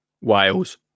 Wales